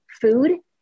food